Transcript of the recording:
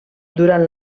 durant